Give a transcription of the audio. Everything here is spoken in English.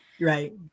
Right